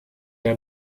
the